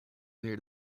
near